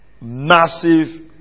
massive